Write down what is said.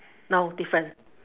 no different